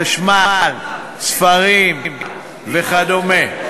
חשמל, ספרים וכדומה.